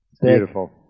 Beautiful